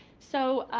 so,